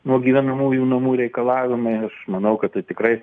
nuo gyvenamųjų namų reikalavimai manau kad tai tikrai